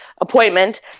appointment